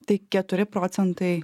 tai keturi procentai